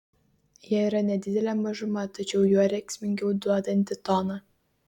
jie yra nedidelė mažuma tačiau juo rėksmingiau duodanti toną